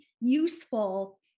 useful